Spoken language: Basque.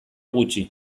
gutxi